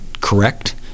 correct